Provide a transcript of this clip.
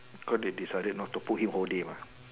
cause they decided not to put him whole day mah